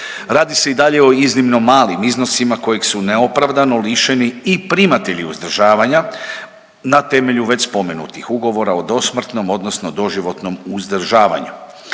Radi se o i dalje o iznimno malim iznosima kojeg su neopravdano lišeni i primatelji uzdržavanja na temelju već spomenutih ugovora o dosmrtnom odnosno doživotnom uzdržavanju.